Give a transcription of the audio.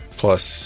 plus